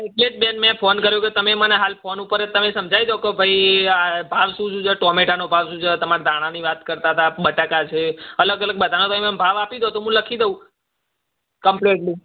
એટલે જ બેન મેં ફોન કર્યો કે તમે મને હાલ ફોન ઉપર જ તમે મને સમજાવી દો કે ભાઈ ભાવ શું શું છે કે ટામેટાનો ભાવ શું છે તમારે ધાણાની વાત કરતા હતા બટાકા છે અલગ અલગ બધાના તમે મને ભાવ આપી દો તો હું લખી દઉં કપ્લેટલી